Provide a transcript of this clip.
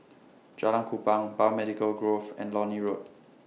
Jalan Kupang Biomedical Grove and Lornie Road